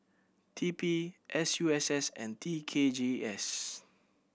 T P S U S S and T K G S